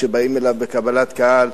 כשבאים אליו בקבלת קהל,